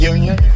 Union